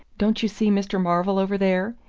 don't you see mr. marvell over there?